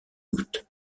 août